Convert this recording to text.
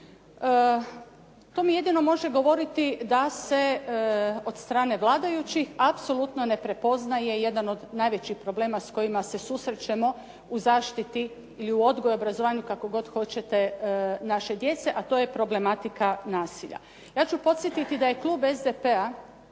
To mi jedino može govoriti da se od strane vladajućih apsolutno ne prepoznaje jedan od najvećih problema s kojima se susrećemo u zaštiti ili u odgoju i obrazovanju, kako god hoćete naše djece, a to je problematika nasilja. Ja ću podsjetiti da je klub SDP-a